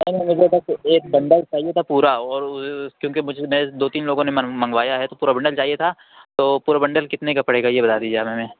نہیں مجھے بس ایک بنڈل چاہیے تھا پورا اور وہ کیونکہ مجھے دو تین لوگوں نے منگوایا ہے تو پورا بنڈل چاہیے تھا تو پورا بنڈل کتنے کا پڑے گا یہ بتا دیجیے گا آپ ہمیں